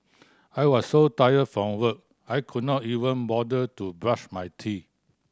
I was so tired from work I could not even bother to brush my teeth